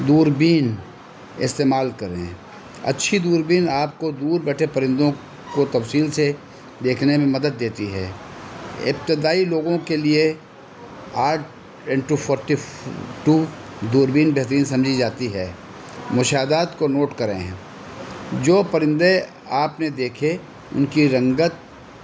دوربین استعمال کریں اچھی دوربین آپ کو دور بیٹھے پرندوں کو تفصیل سے دیکھنے میں مدد دیتی ہے ابتدائی لوگوں کے لیے eight into forty two دوربین بہترین سمجھی جاتی ہے مشاہدات کو نوٹ کریں ہیں جو پرندے آپ نے دیکھے ان کی رنگت